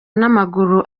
n’amaguru